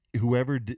whoever